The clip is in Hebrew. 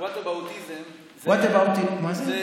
ווטאבאוטיזם זה, what about, מה זה?